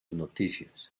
noticias